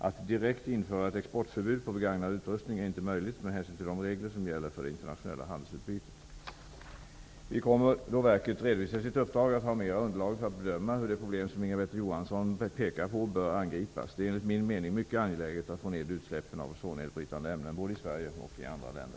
Att direkt införa ett exportförbud för begagnad utrustning är inte möjligt med hänsyn till de regler som gäller för det internationella handelsutbytet. Vi kommer då verket redovisar sitt uppdrag att ha ett större underlag för att bedöma hur det problem som Inga-Britt Johansson pekar på bör angripas. Det är enligt min mening mycket angeläget att få ned utsläppen av ozonnedbrytande ämnen både i Sverige och i andra länder.